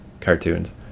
cartoons